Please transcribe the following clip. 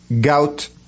gout